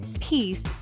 peace